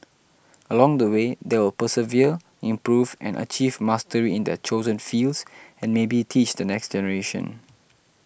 along the way they will persevere improve and achieve mastery in their chosen fields and maybe teach the next generation